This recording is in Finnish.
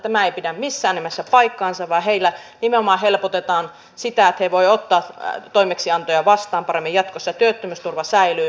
tämä ei pidä missään nimessä paikkaansa vaan heillä nimenomaan helpotetaan sitä että he voivat ottaa toimeksiantoja vastaan paremmin jatkossa ja työttömyysturva säilyy